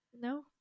no